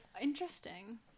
interesting